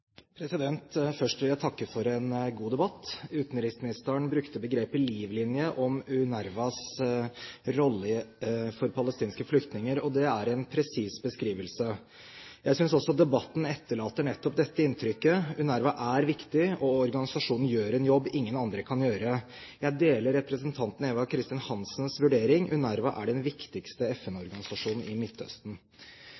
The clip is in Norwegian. folk. Først vil jeg takke for en god debatt. Utenriksministeren brukte begrepet «livline» om UNRWAs rolle for palestinske flyktninger, og det er en presis beskrivelse. Jeg synes også debatten etterlater nettopp dette inntrykket. UNRWA er viktig, og organisasjonen gjør en jobb ingen andre kan gjøre. Jeg deler representanten Eva Kristin Hansens vurdering: UNRWA er den viktigste